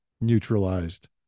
neutralized